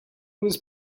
was